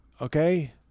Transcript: okay